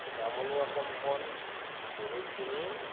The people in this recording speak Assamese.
নামনি অসমখন বহুতখিনি